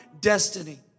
destiny